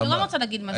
אני גם רוצה להגיד משהו.